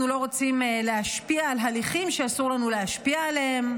אנחנו לא רוצים להשפיע על הליכים שאסור לנו להשפיע עליהם.